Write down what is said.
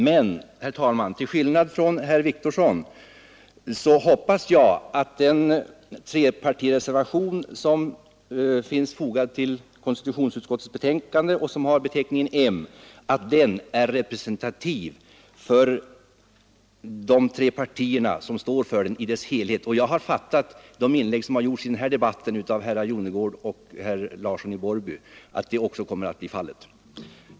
Men, herr talman, till skillnad från herr Wictorsson hoppas jag att den trepartireservation som är fogad vid konstitutionsutskottets betänkande och som har beteckningen M är representativ för de tre partier, som står för den, i deras helhet. Jag har uppfattat de inlägg, som gjorts i denna debatt av herrar Jonnergård och Larsson i Borrby, så att detta skulle vara fallet.